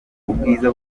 ubwiza